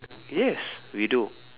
yes we do